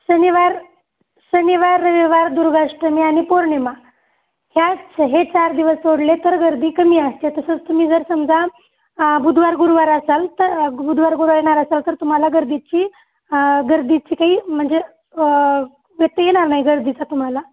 शनिवार शनिवार रविवार दुर्गाष्टमी आणि पौर्णिमा ह्याच हे चार दिवस सोडले तर गर्दी कमी असते तसंच तुम्ही जर समजा बुधवार गुरवार असाल तर बुधवार गुरव येणार असाल तर तुम्हाला गर्दीची गर्दीची काही म्हणजे व्यतय येणार नाही गर्दीचा तुम्हाला